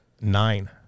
Nine